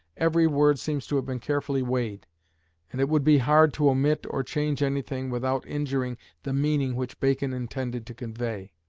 every word seems to have been carefully weighed and it would be hard to omit or change anything without injuring the meaning which bacon intended to convey.